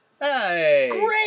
Hey